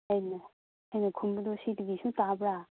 ꯑꯩꯅ ꯈꯨꯝꯕꯗꯨ ꯁꯤꯗꯒꯤꯁꯨ ꯇꯥꯕ꯭ꯔꯥ